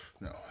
no